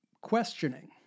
questioning